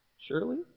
Surely